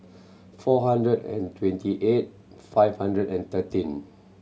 four hundred and twenty eight five hundred and thirteen